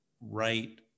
right